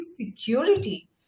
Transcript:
security